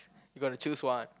you got to choose one